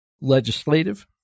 legislative